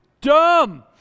dumb